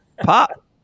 Pop